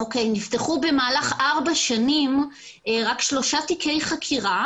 במהלך ארבע שנים נפתחו רק שלושה חקירה